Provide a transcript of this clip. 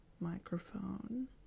microphone